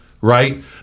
right